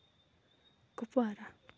Kupwara